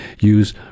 use